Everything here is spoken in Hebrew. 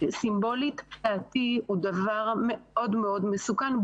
סימבולית לדעתי זה דבר מאוד מאוד מסוכן,